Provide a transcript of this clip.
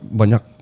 banyak